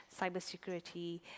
cybersecurity